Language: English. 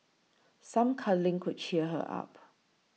some cuddling could cheer her up